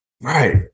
right